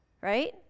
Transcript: right